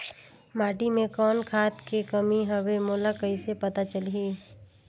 माटी मे कौन खाद के कमी हवे मोला कइसे पता चलही?